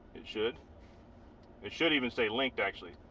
it should it should even stay linked actually